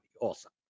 Awesome